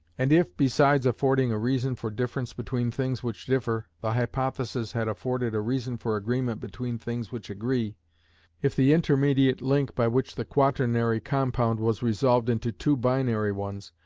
and if, besides affording a reason for difference between things which differ, the hypothesis had afforded a reason for agreement between things which agree if the intermediate link by which the quaternary compound was resolved into two binary ones,